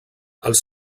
els